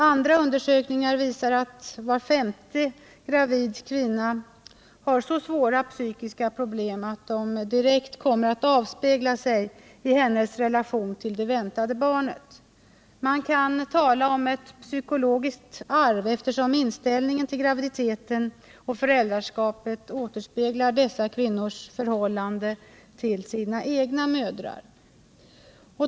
Andra undersökningar visar att var femte gravid kvinna har så svåra psykiska problem, att de direkt kommer att avspegla sig i hennes relation till det väntade barnet. Man kan tala om ett psykologiskt arv, eftersom inställningen till graviditeten och föräldraskapet återspeglar dessa kvinnors förhållande till sina egna mödrar.